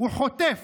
הוא חוטף,